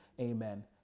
Amen